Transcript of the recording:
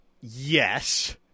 Yes